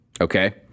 Okay